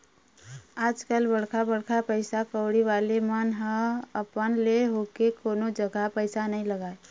आजकल बड़का बड़का पइसा कउड़ी वाले मन ह अपन ले होके कोनो जघा पइसा नइ लगाय